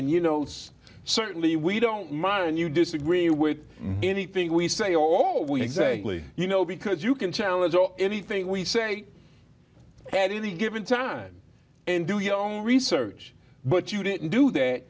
n you know it's certainly we don't mind you disagree with anything we say all we exactly you know because you can challenge or anything we say at any given time and do your own research but you didn't do that